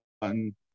button